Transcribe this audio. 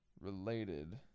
related